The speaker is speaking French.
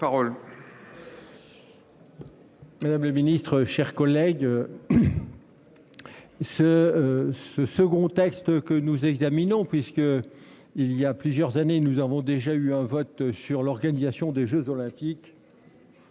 Madame le Ministre, chers collègues. Ce ce second texte que nous examinons puisque il y a plusieurs années, nous avons déjà eu un vote sur l'organisation des Jeux olympiques.